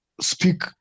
speak